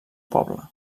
poble